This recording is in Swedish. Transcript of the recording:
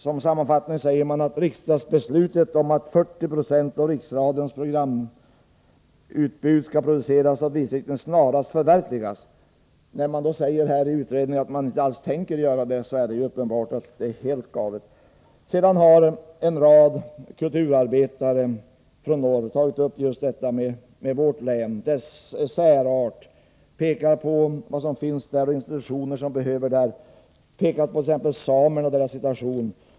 Sammanfattningsvis framför man som sin mening att riksdagsbeslutet om att 40 96 av Riksradions programutbud skall produceras av distrikten snarast bör förverkligas. När utredningen säger att man inte alls tänker göra det, är det ju uppenbart att det är helt galet. Sedan har en rad kulturarbetare från norr tagit upp denna frågas betydelse för just vårt län på grund av dess särart. Man pekar på institutioner i länet som behöver denna verksamhet. Man pekar vidare på samerna och deras situation.